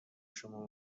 شما